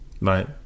Right